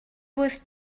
was